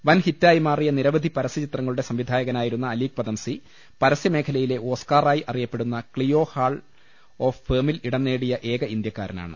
വൻഹിറ്റായിമാറിയ നിരവധി പരസ്യചിത്രങ്ങളുടെ സംവിധായകനായിരുന്ന അലീഖ് പദംസി പരസ്യമേഖലയിലെ ഓസ്കാ റായി അറിയപ്പെടുന്ന ക്ലിയോ ഹാൾ ഓഫ് ഫേമിൽ ഇടം നേടിയ ഏക ഇന്ത്യക്കാരനാണ്